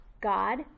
God